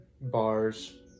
bars